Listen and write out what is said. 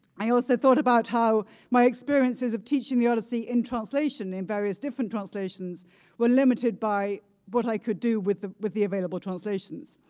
i also thought about how my experiences of teaching the odyssey in translation in various different translations were limited by what i could do with the with the available translations.